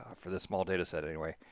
for this small data set anyway.